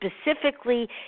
specifically